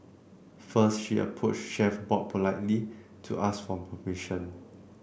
first she approached Chef Bob politely to ask for permission